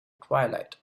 twilight